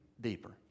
deeper